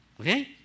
okay